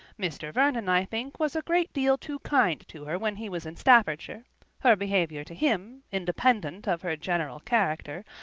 mr. vernon, i think, was a great deal too kind to her when he was in staffordshire her behaviour to him, independent of her general character,